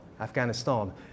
Afghanistan